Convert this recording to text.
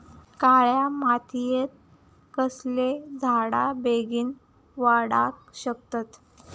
काळ्या मातयेत कसले झाडा बेगीन वाडाक शकतत?